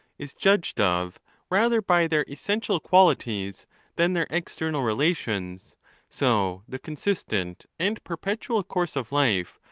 is judged of rather by their essential qualities than their external relations so the consistent and perpetual course of life,